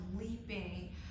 leaping